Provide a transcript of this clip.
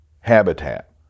habitat